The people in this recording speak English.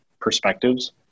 perspectives